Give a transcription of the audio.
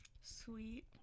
Sweet